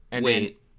wait